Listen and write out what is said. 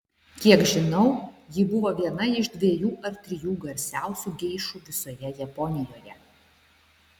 kiek žinau ji buvo viena iš dviejų ar trijų garsiausių geišų visoje japonijoje